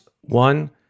one